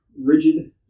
rigid